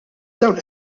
dawn